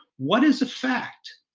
what is a fact?